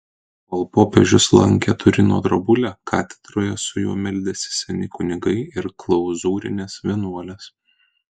kol popiežius lankė turino drobulę katedroje su juo meldėsi seni kunigai ir klauzūrinės vienuolės